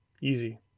Easy